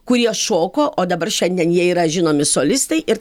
kurie šoko o dabar šiandien jie yra žinomi solistai ir